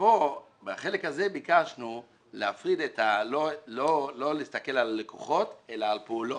בחלק הזה ביקשנו לא להסתכל על לקוחות אלא על פעולות.